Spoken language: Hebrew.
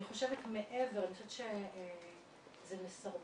אני חושבת מעבר אני חושבת שזה מסרבל,